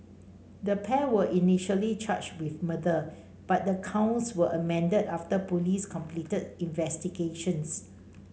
the pair were initially charged with murder but the counts were amended after police completed investigations